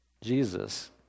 Jesus